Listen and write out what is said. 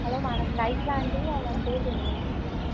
hello madam rice లాంటివి అలాంటివి తింటున్నాం మ్యాడం